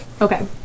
Okay